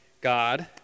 God